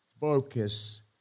Focus